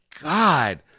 god